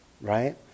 right